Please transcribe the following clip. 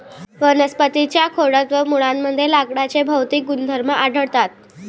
वनस्पतीं च्या खोडात व मुळांमध्ये लाकडाचे भौतिक गुणधर्म आढळतात